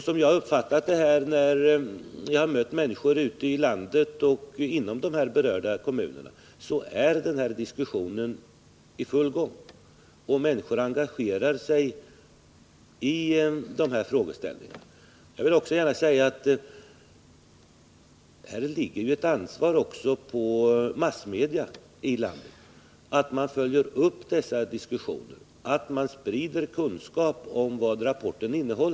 Som jag har uppfattat det, när jag har talat med människor ute i landet som bor inom de berörda kommunerna, är den här diskussionen i full gång, och människorna engagerar sig i dessa frågeställningar. Jag vill också gärna säga att massmedia har ett ansvar att följa upp diskussionerna och sprida kunskap om rapportens innehåll.